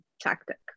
tactic